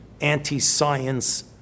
anti-science